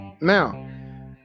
Now